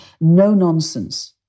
no-nonsense